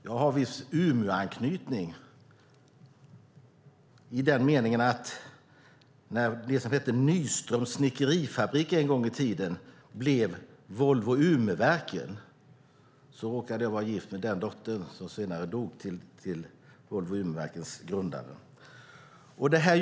Jag har viss Umeåanknytning i den meningen att när det som hette Nyströms snickerifabrik en gång i tiden blev Volvo Umeverken råkade jag vara gift med dottern, som senare dog, till Volvo Umeverkens grundare.